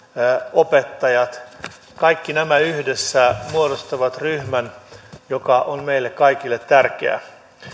opettajat kaikki nämä yhdessä muodostavat ryhmän joka on meille kaikille tärkeä